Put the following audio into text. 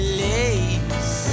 lace